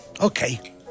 Okay